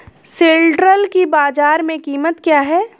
सिल्ड्राल की बाजार में कीमत क्या है?